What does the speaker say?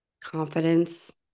confidence